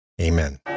Amen